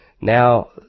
Now